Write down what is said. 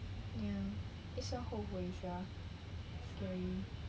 ya 一生后悔 sia scary